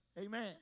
amen